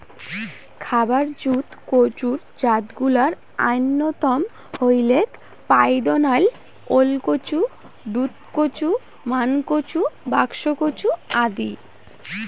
খাবার জুত কচুর জাতগুলার অইন্যতম হইলেক পাইদনাইল, ওলকচু, দুধকচু, মানকচু, বাক্সকচু আদি